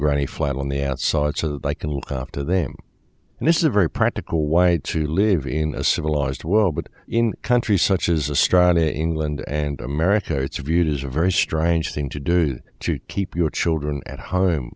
granny flat on the outside so that i can look after them and this is a very practical way to live in a civilized world but in countries such as a strata in england and america it's viewed as a very strange thing to do to keep your children at home